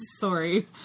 Sorry